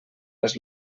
les